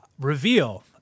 reveal